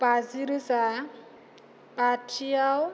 बाजि रोजा बाथियाव